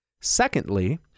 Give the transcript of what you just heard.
Secondly